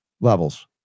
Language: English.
levels